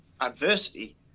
adversity